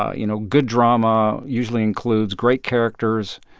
ah you know, good drama usually includes great characters,